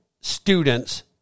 students